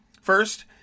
First